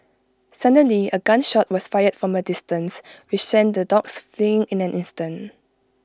suddenly A gun shot was fired from A distance which sent the dogs fleeing in an instant